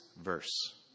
verse